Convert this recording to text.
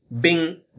Bing